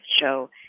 show